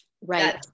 right